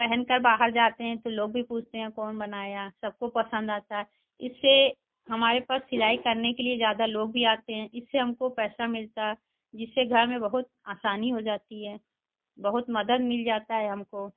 पहन कर बाहर जाते हैं तो लोग भी पूछते हैं कौन बनाया सबको पसंद आता है इससे हमारे पास सिलाई करने के लिए ज़्यादा लोग भी आते हैं इससे हमको पैसा मिलता है जिससे घर में बहुत आसानी हो जाती है बहुत मदद मिल जाता है हमको